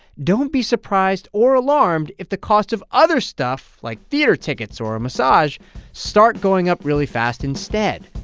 don't be surprised or alarmed if the cost of other stuff like theater tickets or a massage start going up really fast instead.